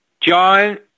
John